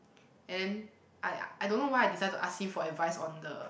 and then I I don't know why I decide to ask him for advice on the